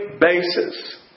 basis